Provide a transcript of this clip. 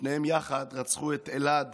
שניהם יחד רצחו את אלעד,